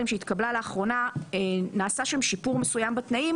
שהתקבלה לאחרונה נעשה שם שיפור מסוים בתנאים,